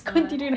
ah